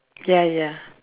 ya ya